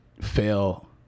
Fail